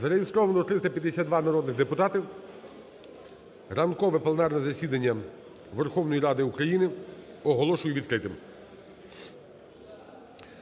Зареєстровано 352 народних депутатів. Ранкове пленарне засідання Верховної Ради України оголошую відкритим.